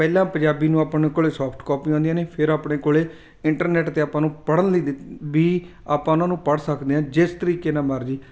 ਪਹਿਲਾਂ ਪੰਜਾਬੀ ਨੂੰ ਆਪਣੇ ਕੋਲ ਸੋਫਟ ਕਾਪੀ ਆਉਂਦੀਆਂ ਨੇ ਫਿਰ ਆਪਣੇ ਕੋਲ ਇੰਟਰਨੈਟ 'ਤੇ ਆਪਾਂ ਨੂੰ ਪੜ੍ਹਨ ਲਈ ਦਿੱਤ ਵੀ ਆਪਾਂ ਉਹਨਾਂ ਨੂੰ ਪੜ੍ਹ ਸਕਦੇ ਹਾਂ ਜਿਸ ਤਰੀਕੇ ਨਾਲ ਮਰਜ਼ੀ